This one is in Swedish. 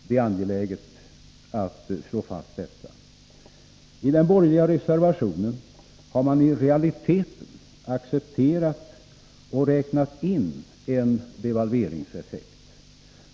Det är angeläget att slå fast detta. I den borgerliga reservationen har man i realiteten accepterat och räknat in en devalveringseffekt.